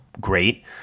great